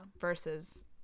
versus